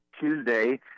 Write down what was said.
Tuesday